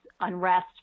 unrest